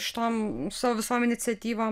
šitom su savo visom iniciatyvom